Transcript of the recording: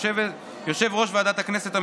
יושב-ראש ועדת הכנסת,